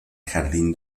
jardín